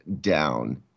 down